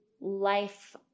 life